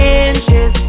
inches